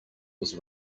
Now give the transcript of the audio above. was